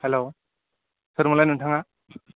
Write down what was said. हेल' सोरमोनलाय नोंथाङा